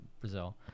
Brazil